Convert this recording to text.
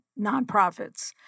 nonprofits